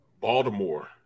Baltimore